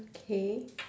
okay